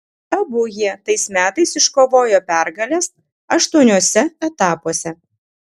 abu jie tais metais iškovojo pergales aštuoniuose etapuose